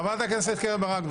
חבר הכנסת צביקה האוזר.